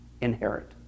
inherit